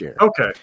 Okay